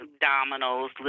dominoes